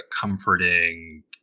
comforting